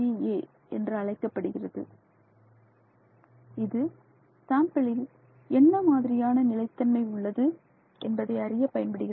ஏ என்றழைக்கப்படுகிறது இது சாம்பிளில் என்ன மாதிரியான நிலைத்தன்மை உள்ளது என்பதை அறிய பயன்படுகிறது